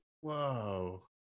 whoa